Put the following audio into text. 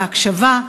בהקשבה,